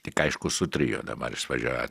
tik aišku su trio dabar jis važiuoja